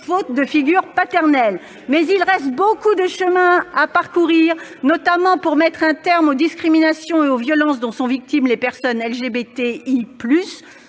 faute de figure paternelle. Mais il reste beaucoup de chemin à parcourir, notamment pour mettre un terme aux discriminations et aux violences dont sont victimes les personnes LGBTI+.